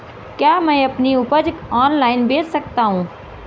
क्या मैं अपनी उपज ऑनलाइन बेच सकता हूँ?